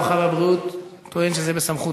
הרווחה והבריאות טוען שזה בסמכותו,